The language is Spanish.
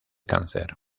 cáncer